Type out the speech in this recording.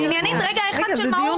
רגע אחד של מהות.